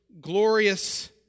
glorious